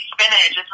spinach